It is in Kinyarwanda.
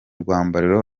rwambariro